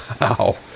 Wow